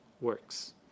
works